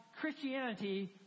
Christianity